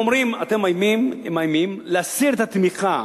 הם אומרים: הם מאיימים להסיר את התמיכה